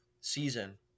season